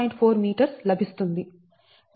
4m లభిస్తుంది